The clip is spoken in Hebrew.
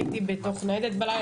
הייתי בתוך ניידת בלילה,